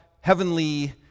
heavenly